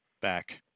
back